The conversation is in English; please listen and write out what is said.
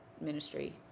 ministry